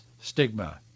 stigma